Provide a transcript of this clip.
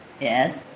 yes